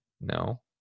No